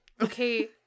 okay